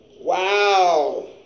Wow